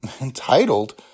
Entitled